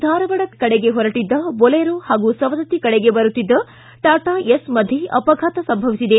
ಧಾರವಾಡ ಕಡೆಗೆ ಹೊರಟಿದ್ದ ಬೊಲೆರೋ ಹಾಗೂ ಸವದತ್ತಿ ಕಡೆಗೆ ಬರುತ್ತಿದ್ದ ಟಾಟಾ ಏಸ್ ಮಧ್ಯೆ ಅಪಭಾತ ಸಂಭವಿಸಿದೆ